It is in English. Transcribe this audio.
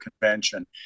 convention